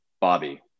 Bobby